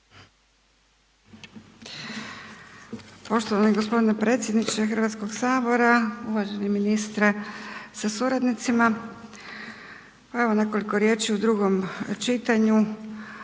Poštovani g. predsjedniče Hrvatskog sabora, uvaženi ministre sa suradnicima. Evo nekoliko riječi o drugom čitanju,